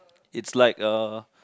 it's like a